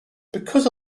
because